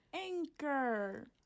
Anchor